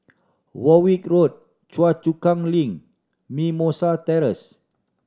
Warwick Road Choa Chu Kang Link Mimosa Terrace